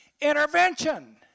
intervention